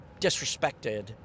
disrespected